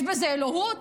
יש בזה אלוהות?